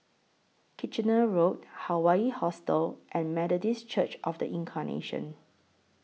Kitchener Road Hawaii Hostel and Methodist Church of The Incarnation